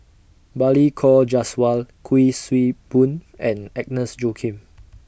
Balli Kaur Jaswal Kuik Swee Boon and Agnes Joaquim